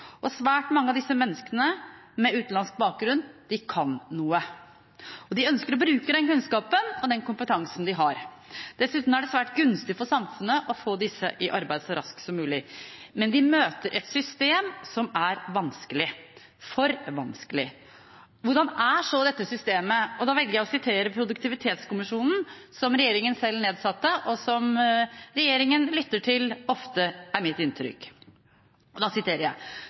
Svært mange av disse menneskene med utenlandsk bakgrunn kan noe, og de ønsker å bruke den kunnskapen og den kompetansen de har. Dessuten er det svært gunstig for samfunnet å få disse i arbeid så raskt som mulig. Men de møter et system som er vanskelig – for vanskelig. Hvordan er så dette systemet? Jeg velger å sitere Produktivitetskommisjonen, som regjeringen selv nedsatte, og som er mitt inntrykk at regjeringen ofte lytter til: «Systemet for godkjenning og